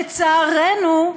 לצערנו,